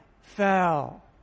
fell